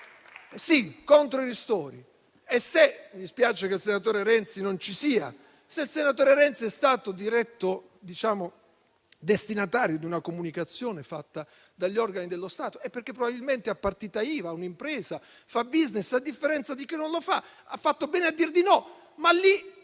Sì, contro i ristori. Mi dispiace che il senatore Renzi non sia in Aula. Se il senatore Renzi è stato diretto destinatario di una comunicazione fatta dagli organi dello Stato, è perché, probabilmente, a partita IVA un'impresa fa *business*, a differenza di chi non lo fa. Ha fatto bene a dir di no, ma lì